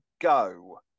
go